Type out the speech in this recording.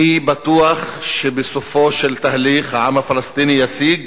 אני בטוח שבסופו של תהליך העם הפלסטיני ישיג